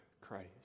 Christ